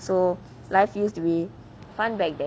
so life used to be fun back then